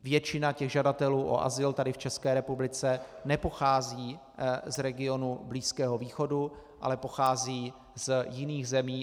Většina žadatelů o azyl tady v České republice nepochází z regionu Blízkého východu, ale pochází z jiných zemí.